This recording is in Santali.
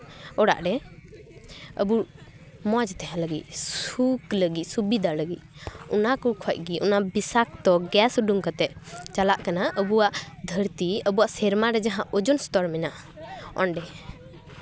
ᱚᱲᱟᱜ ᱨᱮ ᱟᱹᱵᱩ ᱢᱚᱡᱽ ᱛᱟᱦᱮᱸ ᱞᱟᱹᱜᱤᱫ ᱥᱩᱠ ᱞᱟᱹᱜᱤᱫ ᱥᱩᱵᱤᱫᱟ ᱞᱟᱹᱜᱤᱫ ᱚᱱᱟ ᱠᱚ ᱠᱷᱚᱡ ᱜᱮ ᱚᱱᱟ ᱵᱤᱥᱟᱠᱛᱚ ᱜᱮᱥ ᱩᱰᱩᱠ ᱠᱟᱛᱮ ᱪᱟᱞᱟᱜ ᱠᱟᱱᱟ ᱟᱵᱚᱣᱟᱜ ᱫᱷᱟᱹᱨᱛᱤ ᱟᱵᱚᱣᱟᱜ ᱥᱮᱨᱢᱟ ᱨᱮ ᱡᱟᱦᱟᱸ ᱳᱡᱳᱱ ᱚᱥᱛᱚᱨᱢᱮᱱᱟᱜᱼᱟ ᱚᱸᱰᱮ